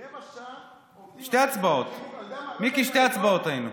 רבע שעה, שתי הצבעות, מיקי, שתי הצבעות היינו.